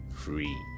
free